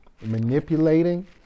manipulating